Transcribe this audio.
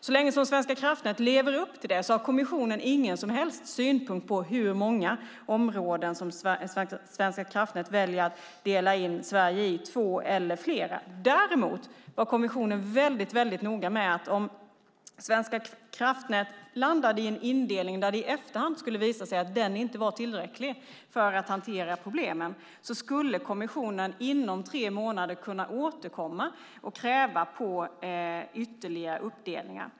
Så länge Svenska kraftnät lever upp till det har kommissionen ingen som helst synpunkt på hur många områden som Svenska kraftnät väljer att dela in Sverige i - två eller fler. Däremot var kommissionen mycket noga med att om Svenska kraftnät landade i en indelning som i efterhand inte skulle visa sig vara tillräcklig för att hantera problemen skulle kommissionen inom tre månader kunna återkomma och kräva ytterligare uppdelningar.